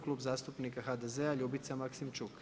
Klub zastupnika HDZ-a, Ljubica Maksimčuk.